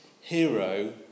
hero